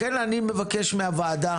לכן אני מבקש מהוועדה